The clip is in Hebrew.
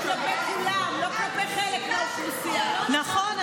כלפי כולם, לא כלפי חלק מהאוכלוסייה, לא, נכון.